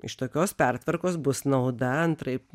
iš tokios pertvarkos bus nauda antraip